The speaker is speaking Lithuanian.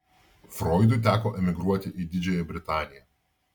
froidui teko emigruoti į didžiąją britaniją